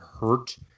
hurt